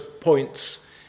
points